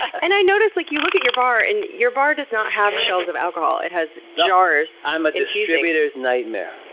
and i notice, like you look at your bar, and your bar does not have shelves of alcohol. it has jars infusing. i'm a distributor's nightmare.